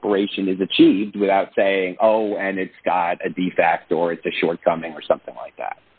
incorporation is achieved without saying oh and it's gotta be fact or it's a shortcoming or something like that